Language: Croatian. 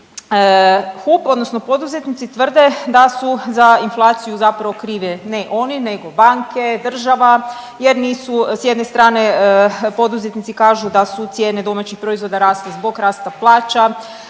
HUP odnosno poduzetnici tvrde da su za inflaciju zapravo krive ne oni nego banke, država jer nisu s jedne strane poduzetnici kažu da su cijene domaćih proizvoda rasle zbog rasta plaća,